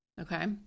Okay